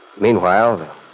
Meanwhile